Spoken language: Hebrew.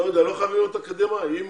לא חייב להיות אקדמאי.